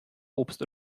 obst